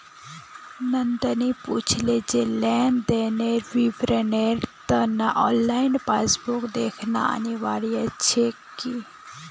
नंदनी पूछले जे लेन देनेर विवरनेर त न ऑनलाइन पासबुक दखना अनिवार्य छेक की